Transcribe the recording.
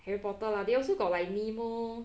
harry porter lah they also got like nemo